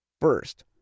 first